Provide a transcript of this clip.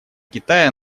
китая